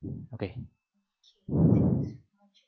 okay